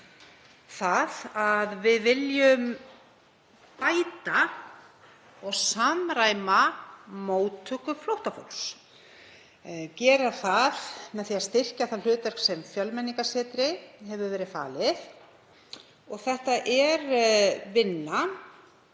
það að við viljum bæta og samræma móttöku flóttafólks, gera það með því að styrkja það hlutverk sem Fjölmenningarsetri hefur verið falið. Þetta er vinna